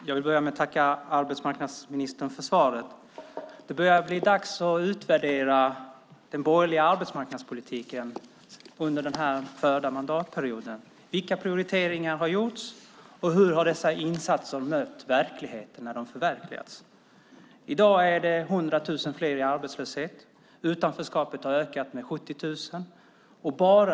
Herr talman! Jag vill börja med att tacka arbetsmarknadsministern för svaret. Det börjar bli dags att utvärdera den borgerliga arbetsmarknadspolitiken under den här mandatperioden. Vilka prioriteringar har gjorts? Hur har dessa insatser mött verkligheten? I dag är det 100 000 fler arbetslösa. 70 000 fler befinner sig i utanförskap.